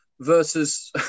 versus